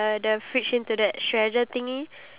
okay do you have the cards